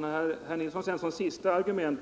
När herr Nilsson som sista argument